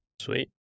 Sweet